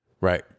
Right